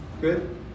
Good